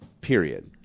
Period